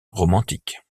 romantiques